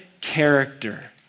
character